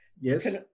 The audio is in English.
Yes